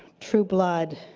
true blood,